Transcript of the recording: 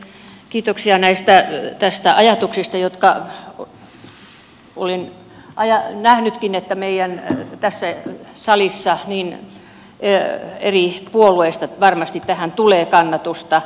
kiitoksia näistä ajatuksista olin nähnytkin että tässä salissa eri puolueista varmasti tähän tulee kannatusta